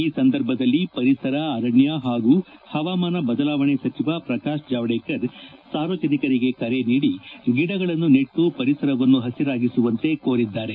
ಈ ಸಂದರ್ಭದಲ್ಲಿ ಪರಿಸರ ಅರಣ್ನ ಹಾಗೂ ಹವಾಮಾನ ಬದಲಾವಣೆ ಸಚಿವ ಪ್ರಕಾಶ್ ಜಾವಡೇಕರ್ ಸಾರ್ವಜನಿಕರಿಗೆ ಕರೆ ನೀಡಿ ಗಿಡಗಳನ್ನು ನೆಟ್ಟು ಪರಿಸರವನ್ನು ಪಸಿರಾಗಿಸುವಂತೆ ಕೋರಿದ್ದಾರೆ